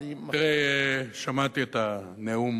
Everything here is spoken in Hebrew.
תראה, שמעתי את הנאום